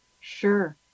Sure